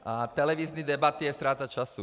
A televizní debaty je ztráta času.